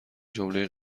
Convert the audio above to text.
جمله